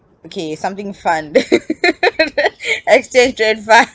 okay something fun exchange trade fund